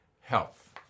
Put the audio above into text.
health